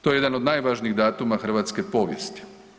To je jedan od najvažnijih datuma hrvatske povijesti.